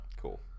Cool